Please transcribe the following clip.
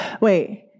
Wait